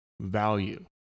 value